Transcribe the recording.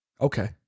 Okay